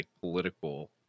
political